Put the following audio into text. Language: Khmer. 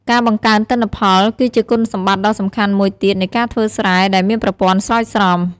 ការបង្កើនទិន្នផល គឺជាគុណសម្បត្តិដ៏សំខាន់មួយទៀតនៃការធ្វើស្រែដែលមានប្រព័ន្ធស្រោចស្រព។